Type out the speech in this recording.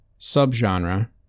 subgenre